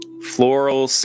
Floral